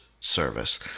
service